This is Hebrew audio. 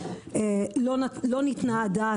לא ניתנה הדעת,